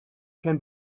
can